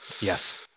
Yes